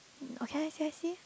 okay I see I see